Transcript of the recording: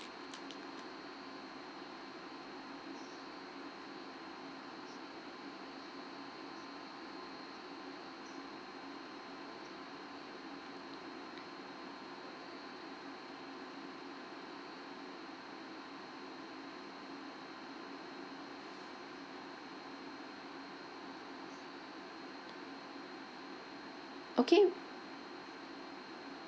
okay